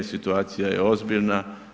Situacija je ozbiljna.